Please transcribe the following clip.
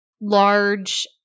large